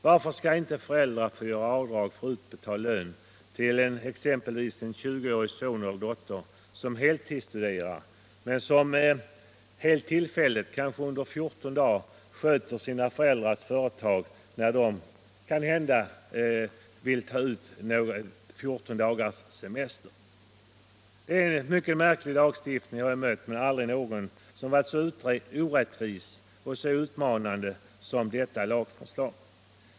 Varför skall inte föräldrar få göra avdrag för utbetald lön till en 20-årig son eller dotter som heltidsstuderar men som sköter sina föräldrars företag under det att dessa exempelvis tar 14 dagars semester? Mycken märklig lagstiftning har jag mött, men aldrig någon som varit så orättvis och så utmanande som detta lagförslag.